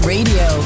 Radio